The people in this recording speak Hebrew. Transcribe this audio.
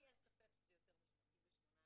לי אין ספק שזה יותר מ-88 אנשים.